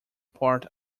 part